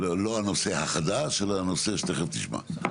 זה משנה סדרי עולם, זה חלק